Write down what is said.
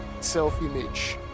self-image